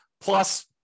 plus